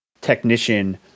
technician